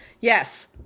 Yes